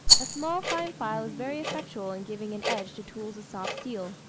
a small fine file is very effectual in giving an edge to tools of soft steel.